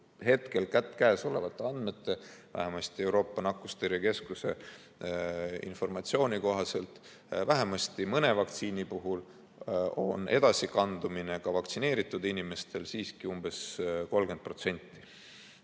hetkel käesolevate andmete, vähemasti Euroopa Nakkustõrjekeskuse informatsiooni kohaselt vähemasti mõne vaktsiini puhul on edasikandumist täheldatud ka vaktsineeritud inimeste hulgas – umbes 30%